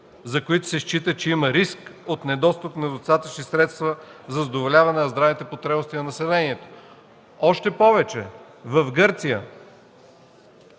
за които се счита, че има риск от недостиг на достатъчно средства за задоволяване здравните потребности на населението. Още повече, в Гърция